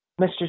Mr